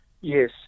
Yes